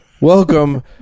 welcome